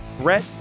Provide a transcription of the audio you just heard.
Brett